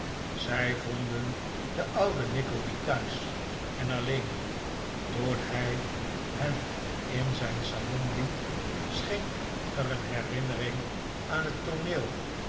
zij vonden den ouden nickleby thuis en alleen toen hij hen in zijn salon liet scheen er een herinnering aan het tooneel